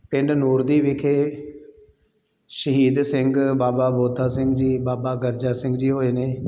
ਪਿੰਡ ਨੂਰਦੀ ਵਿਖੇ ਸ਼ਹੀਦ ਸਿੰਘ ਬਾਬਾ ਬੋਤਾ ਸਿੰਘ ਜੀ ਬਾਬਾ ਗਰਜਾ ਸਿੰਘ ਜੀ ਹੋਏ ਨੇ